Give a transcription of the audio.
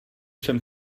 jsem